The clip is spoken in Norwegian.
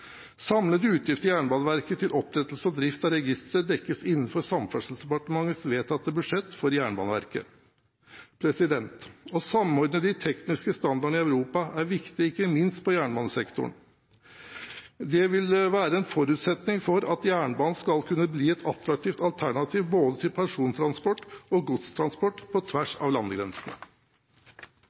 Samlede utgifter i Jernbaneverket til opprettelse og drift av registeret dekkes innenfor Samferdselsdepartementets vedtatte budsjett for Jernbaneverket. Å samordne de tekniske standardene i Europa er viktig ikke minst på jernbanesektoren. Det vil være en forutsetning for at jernbanen skal kunne bli et attraktivt alternativ både for pensjonstransport og godstransport, på tvers av landegrensene.